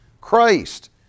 Christ